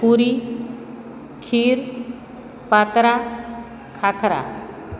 પૂરી kheer patra khakhra